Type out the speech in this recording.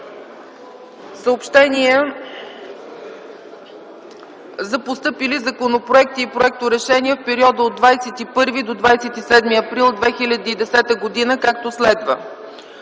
Съобщения за постъпили законопроекти и проекторешения в периода от 21 до 27 април 2010 г., както следва: